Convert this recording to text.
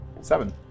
seven